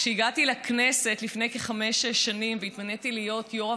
כשהגעתי לכנסת לפני כחמש-שש שנים והתמניתי להיות יושבת-ראש